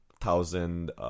thousand